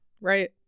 right